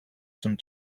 some